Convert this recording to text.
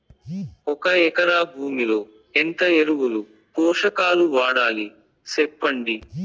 ఒక ఎకరా భూమిలో ఎంత ఎరువులు, పోషకాలు వాడాలి సెప్పండి?